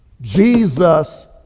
Jesus